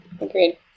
Agreed